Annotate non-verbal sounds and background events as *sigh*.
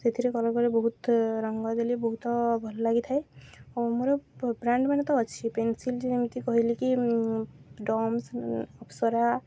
ସେଥିରେ କଲର୍ କଲେ ବହୁତ ରଙ୍ଗ ଦେଲି ବହୁତ ଭଲ ଲାଗିଥାଏ ଓ ମୋର *unintelligible* ବ୍ରାଣ୍ଡ୍ ମାନେ ତ ଅଛି ପେନସିଲ୍ ଯେମିତି କହିଲି କିି ଡମ୍ସ ଅପସରା